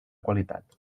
qualitat